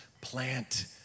Plant